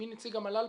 נציג המל"ל: